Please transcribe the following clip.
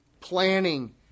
Planning